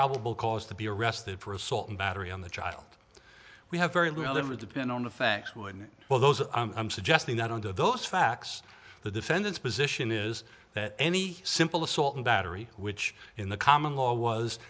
probable cause to be arrested for assault and battery on the child we have very limited and on the facts when well those are i'm suggesting that under those facts the defendant's position is that any simple assault and battery which in the common law was